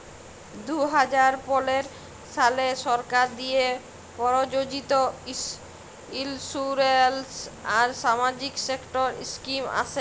দু হাজার পলের সালে সরকার দিঁয়ে পরযোজিত ইলসুরেলস আর সামাজিক সেক্টর ইস্কিম আসে